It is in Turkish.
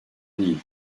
değil